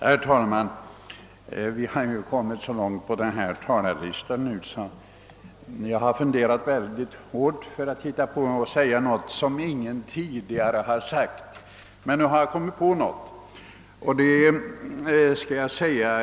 Herr talman! Vi har nu kommit så långt på talarlistan att jag har funderat mycket för att kunna hitta på något att säga som ingen tidigare har sagt. Men nu har jag kommit på något som jag skulle vilja nämna.